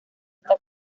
está